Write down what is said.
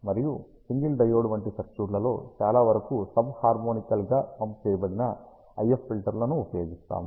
మరియు single diode వంటి సర్క్యూట్లలో చాలావరకు సబ్ హర్మోనికల్ గా పంప్ చేయబడిన IF ఫిల్టర్ను ఉపయోగిస్తాము